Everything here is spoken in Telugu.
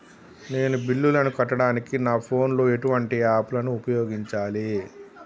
నేను బిల్లులను కట్టడానికి నా ఫోన్ లో ఎటువంటి యాప్ లను ఉపయోగించాలే?